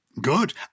Good